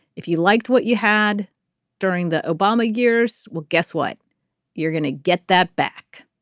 if you liked what you had during the obama years. well guess what you're going to get that back.